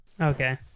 Okay